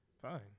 Fine